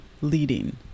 leading